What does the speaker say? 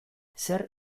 zer